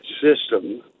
system